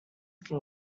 can